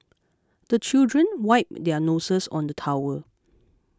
the children wipe their noses on the towel